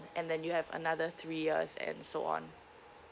and then you have another three years and so on